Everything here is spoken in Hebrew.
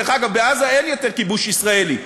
דרך אגב, בעזה אין יותר כיבוש ישראלי,